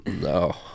no